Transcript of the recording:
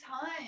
time